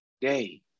day